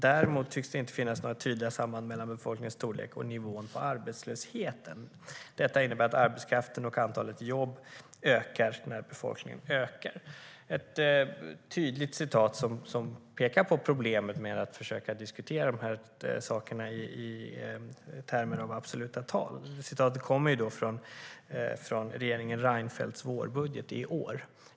- Däremot tycks det inte finnas några tydliga samband mellan befolkningens storlek och nivån på arbetslösheten. Detta indikerar att arbetskraften och antalet jobb ökar när befolkningen ökar." Det är ett tydligt citat som pekar på problemet med att försöka diskutera de här sakerna i termer av absoluta tal. Citatet kommer från regeringen Reinfeldts vårbudget för i år.